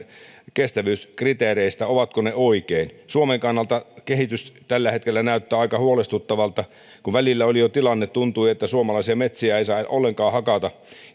kestävyyskriteereistä ovatko ne oikein suomen kannalta kehitys tällä hetkellä näyttää aika huolestuttavalta kun välillä oli jo tilanne että tuntui että suomalaisia metsiä ei saa ollenkaan hakata